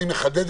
יפה.